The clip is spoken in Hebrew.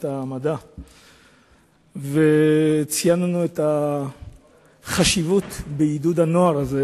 המדע וציינו את החשיבות של עידוד הנוער הזה,